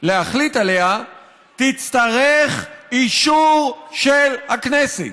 להחליט עליה תצטרך אישור של הכנסת.